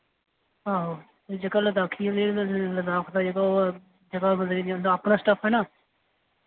आहो ते जेह्का लदाखी ऐ ए लद्दाखी दा जेह्का ओह् जेह्का मतलब कि इय्यां अपना स्टफ ऐ ना